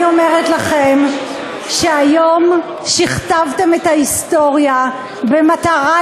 אני אומרת לכם שהיום שכתבתם את ההיסטוריה במטרה